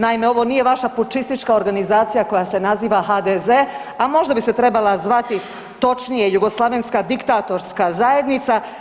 Naime, ovo nije vaša pučistička organizacija koja se naziva HDZ, a možda bi se trebala zvati točnije jugoslavenska diktatorska zajednica.